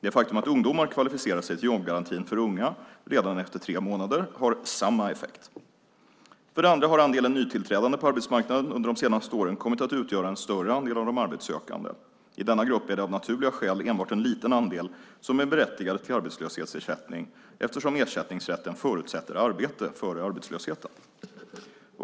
Det faktum att ungdomar kvalificerar sig till jobbgarantin för unga redan efter tre månader har samma effekt. För det andra har andelen nytillträdande på arbetsmarknaden under de senaste åren kommit att utgöra en större andel av de arbetssökande; i denna grupp är det av naturliga skäl enbart en liten andel som är berättigad till arbetslöshetsersättning eftersom ersättningsrätten förutsätter arbete före arbetslösheten.